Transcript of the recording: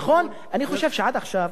אני חושב שעד עכשיו,